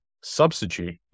substitute